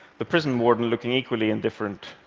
the prison warden, looking equally indifferent,